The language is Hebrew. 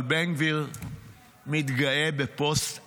אבל בן גביר מתגאה בפוסט עלוב,